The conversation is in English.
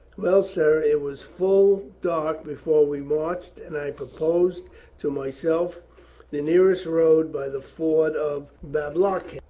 well, sir, it was full dark before we marched and i proposed to myself the nearest road by the ford of bablock